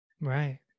right